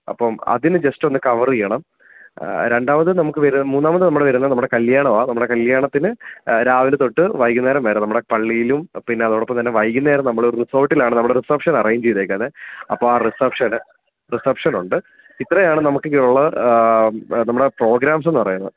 അപ്പം അതിന് ജസ്റ്റൊന്ന് കവറ് ചെയ്യണം രണ്ടാമത് നമുക്ക് വരാം മൂന്നാമത് നമ്മുടെ വരുന്നത് നമ്മുടെ കല്യാണമാ നമ്മുടെ കല്യാണത്തിന് രാവിലെ തൊട്ട് വൈകുന്നേരം വരെ നമ്മുടെ പള്ളിയിലും പിന്നെ അതോടൊപ്പം തന്നെ വൈകുന്നേരം നമ്മളൊരു റിസോട്ടിലാണ് നമ്മുടെ റിസപ്ഷൻ അറേഞ്ച് ചെയ്തേക്കുന്നത് അപ്പോൾ ആ റിസപ്ഷന് റിസെപ്ഷനുണ്ട് ഇത്രയാണ് നമുക്ക് ഇതിലുള്ള നമ്മുടെ പ്രോഗ്രാംസ് എന്ന് പറയുന്നത്